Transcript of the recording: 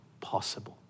possible